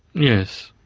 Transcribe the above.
yes,